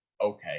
okay